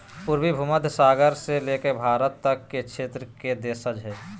पूर्वी भूमध्य सागर से लेकर भारत तक के क्षेत्र के देशज हइ